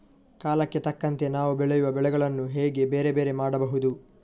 ಕಾಲಕ್ಕೆ ತಕ್ಕಂತೆ ನಾವು ಬೆಳೆಯುವ ಬೆಳೆಗಳನ್ನು ಹೇಗೆ ಬೇರೆ ಬೇರೆ ಮಾಡಬಹುದು?